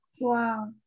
Wow